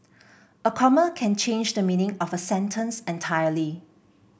a comma can change the meaning of a sentence entirely